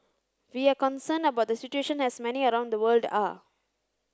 we are concerned about the situation as many around the world are